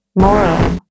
moral